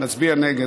נצביע נגד.